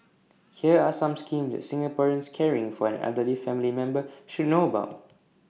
here are some schemes that Singaporeans caring for an elderly family member should know about